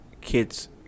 kids